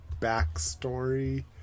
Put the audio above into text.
Backstory